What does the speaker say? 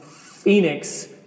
Phoenix